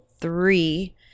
three